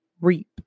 reap